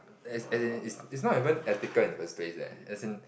as as in it's not even ethical in the first place leh as in